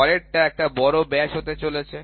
পরেরটা একটা বড় ব্যাস হতে চলেছে